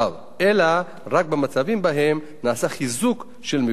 אלא רק במצבים שבהם נעשה חיזוק של מבנה קיים.